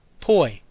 poi